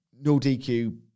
no-DQ